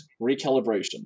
Recalibration